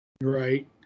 Right